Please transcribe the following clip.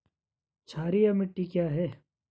क्षारीय मिट्टी क्या है?